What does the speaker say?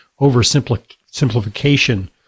oversimplification